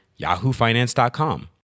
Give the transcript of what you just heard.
yahoofinance.com